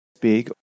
big